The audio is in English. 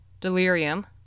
delirium